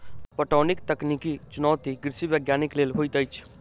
पटौनीक तकनीकी चुनौती कृषि वैज्ञानिक लेल होइत अछि